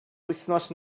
wythnos